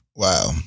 Wow